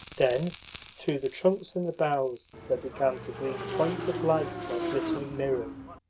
then through the trunks and the boughs there began to gleam points of light like glittering mirrors,